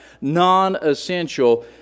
non-essential